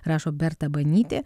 rašo berta banytė